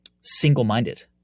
single-minded